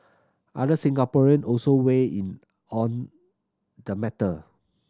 other Singaporean also weigh in on the matter